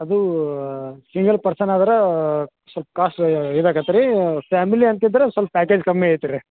ಅದು single person ಆದ್ರೆ ಸ್ವಲ್ಪ ಕಾಸ್ಟಾ ಇದಾಗತ್ರೀ ಫ್ಯಾಮಿಲಿ ಅಂತಿದ್ದರೆ ಸ್ವಲ್ಪ ಪ್ಯಾಕೇಜ್ ಕಮ್ಮಿ ಐತ್ರಿ